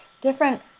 different